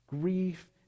grief